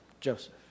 Joseph